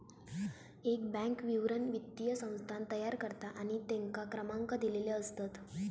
एक बॅन्क विवरण वित्तीय संस्थान तयार करता आणि तेंका क्रमांक दिलेले असतत